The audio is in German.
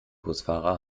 busfahrer